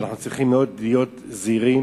ואנחנו צריכים מאוד להיות זהירים.